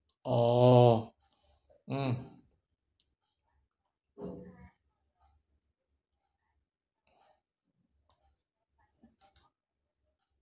oh mm